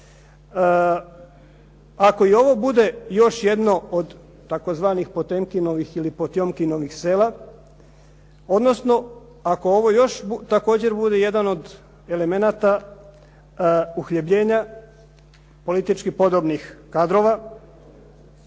Ako i ovo bude još jedno od tzv. Potemkinovih sela ili Potjomkinovih sela, odnosno ako ovo još također bude jedan od elemenata uhljebnjenja politički podobnih kadrova,